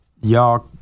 y'all